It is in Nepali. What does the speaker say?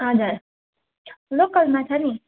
हजुर लोकल माछा नि